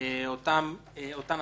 חוק ומשפט.